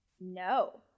no